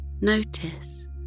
Notice